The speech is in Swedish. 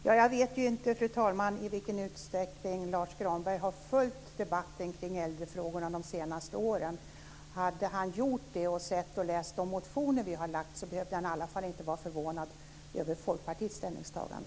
Fru talman! Jag vet inte i vilken utsträckning som Lars U Granberg har följt debatten kring äldrefrågorna under de senaste åren. Om han hade gjort det och läst de motioner som vi har väckt så hade han i alla fall inte behövt vara förvånad över Folkpartiets ställningstagande.